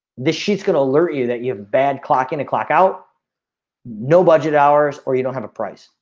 this shit's gonna alert you that you have bad clock in and clock out no budget hours or you don't have a price.